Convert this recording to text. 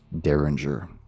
Derringer